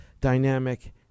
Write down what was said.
dynamic